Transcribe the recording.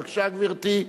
בבקשה, גברתי.